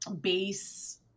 base